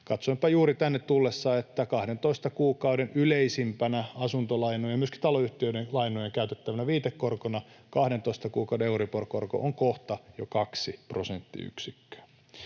Katsoinpa juuri tänne tullessa, että 12 kuukauden yleisimpänä asuntolainoihin ja myöskin taloyhtiöiden lainoihin käytettävänä viitekorkona 12 kuukauden euriborkorko on kohta jo 2 prosenttiyksikköä.